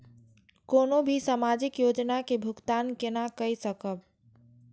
कोनो भी सामाजिक योजना के भुगतान केना कई सकब?